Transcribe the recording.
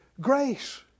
grace